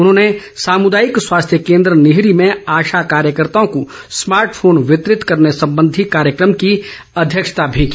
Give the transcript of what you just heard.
उन्होंने सामूदायिक स्वास्थ्य केन्द्र निहरी में आशा कार्यकर्ताओं को स्मार्ट फोन वितरित करने संबंधी कार्यक्रम की अध्यक्षता भी की